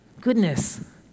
Goodness